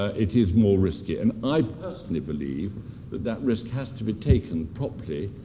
ah it is more risky. and i personally believe that that risk has to be taken properly,